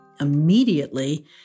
Immediately